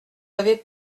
avez